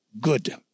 good